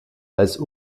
als